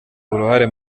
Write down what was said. uruhare